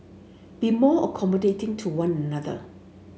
be more accommodating to one another